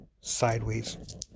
sideways